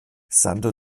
santo